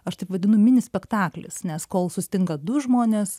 aš taip vadinu mini spektaklis nes kol susitinka du žmonės